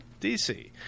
DC